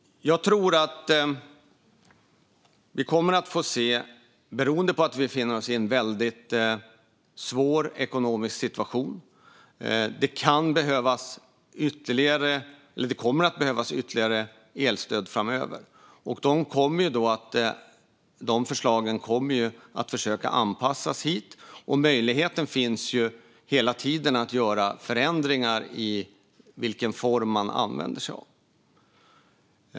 Jag tror att vi kommer att få se - beroende på att vi befinner oss i en väldigt svår ekonomisk situation - att det kommer att behövas ytterligare elstöd framöver. De förslagen kommer man att försöka anpassa, och möjligheten finns ju hela tiden att göra förändringar av vilken form man använder sig av.